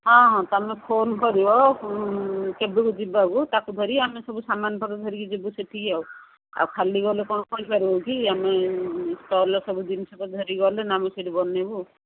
ହଁ ହଁ ତୁମେ ଫୋନ୍ କରିବ କେବେକୁ ଯିବାକୁ ତାକୁ ଧରି ଆମେ ସବୁ ସାମାନ ପତ୍ର ଧରିକି ଯିବୁ ସେଠିକି ଆଉ ଆଉ ଖାଲି ଗଲେ କ'ଣ କରିପାରିବୁ କି ଆମେ ଷ୍ଟଲ୍ର ସବୁ ଜିନିଷ ପତ୍ର ଧରିକି ଗଲେ ନା ଆମେ ସେଇଠି ବନାଇବୁ